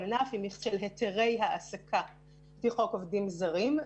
ענף היא של היתרי העסקה לפי חוק עובדים זרים,